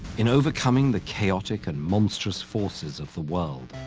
in overcoming the chaotic and monstrous forces of the world,